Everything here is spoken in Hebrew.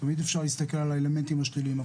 תמיד אפשר להסתכל על האלמנטים השליליים,